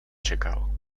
čekal